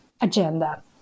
agenda